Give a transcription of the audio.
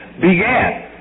began